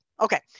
Okay